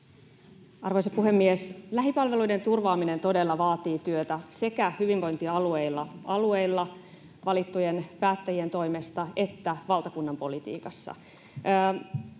Arvoisa puhemies! Lähipalveluiden turvaaminen todella vaatii työtä sekä hyvinvointialueilla valittujen päättäjien toimesta että valtakunnanpolitiikassa.